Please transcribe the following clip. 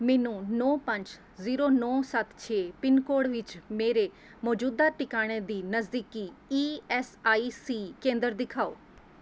ਮੈਨੂੰ ਨੌ ਪੰਜ ਜ਼ੀਰੋ ਨੌ ਸੱਤ ਛੇ ਪਿੰਨਕੋਡ ਵਿੱਚ ਮੇਰੇ ਮੌਜੂਦਾ ਟਿਕਾਣੇ ਦੀ ਨਜ਼ਦੀਕੀ ਈ ਐੱਸ ਆਈ ਸੀ ਕੇਂਦਰ ਦਿਖਾਓ